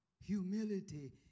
Humility